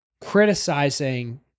criticizing